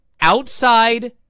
Outside